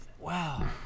wow